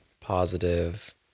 positive